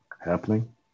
happening